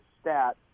stat